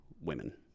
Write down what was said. women